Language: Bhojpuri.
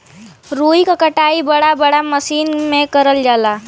रुई क कटाई बड़ा बड़ा मसीन में करल जाला